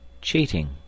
CHEATING